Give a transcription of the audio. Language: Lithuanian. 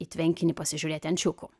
į tvenkinį pasižiūrėti ančiukų